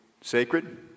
sacred